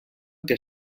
que